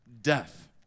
death